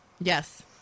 Yes